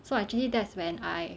so actually that's when I